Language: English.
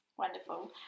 Wonderful